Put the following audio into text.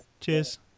cheers